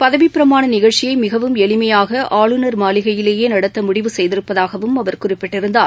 பதவிப் பிரமாண நிகழ்ச்சியை மிகவும் எளிமையாக ஆளுநர் மாளிகையிலேயே நடத்த முடிவு செய்திருப்பதாகவும் அவர் குறிப்பிட்டிருந்தார்